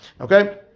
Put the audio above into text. Okay